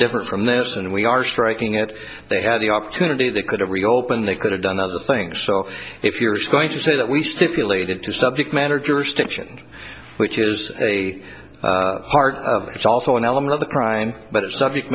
different from theirs and we are striking it they had the opportunity they couldn't reopen it could have done other things so if you're going to say that we stipulated to subject matter jurisdiction which is a part it's also an element of the crime but it's subject